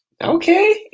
Okay